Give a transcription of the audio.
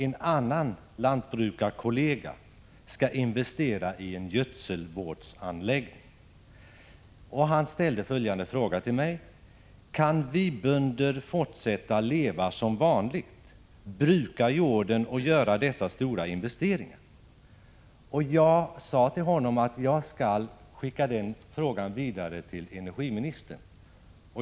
En lantbrukarkollega skall investera i en gödselvårdsanläggning. Kan vi bönder fortsätta att leva som vanligt, dvs. bruka jorden och göra sådana här stora investeringar? Jag sade att jag skulle skicka frågan vidare till energiministern.